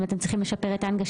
אם הן צריכות לשפר הנגשה,